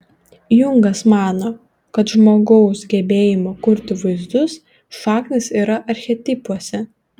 jungas mano kad žmogaus gebėjimo kurti vaizdus šaknys yra archetipuose